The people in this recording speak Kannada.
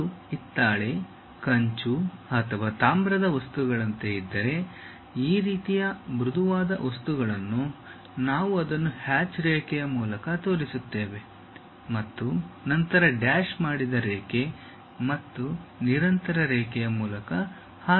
ಅದು ಹಿತ್ತಾಳೆ ಕಂಚು ಅಥವಾ ತಾಮ್ರದ ವಸ್ತುಗಳಂತೆ ಇದ್ದರೆ ಈ ರೀತಿಯ ಮೃದುವಾದ ವಸ್ತುಗಳನ್ನು ನಾವು ಅದನ್ನು ಹ್ಯಾಚ್ ರೇಖೆಯ ಮೂಲಕ ತೋರಿಸುತ್ತೇವೆ ಮತ್ತು ನಂತರ ಡ್ಯಾಶ್ ಮಾಡಿದ ರೇಖೆ ಮತ್ತೆ ನಿರಂತರ ರೇಖೆಯ ಮೂಲಕ ಹಾದುಹೋಗುತ್ತದೆ